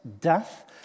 death